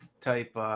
type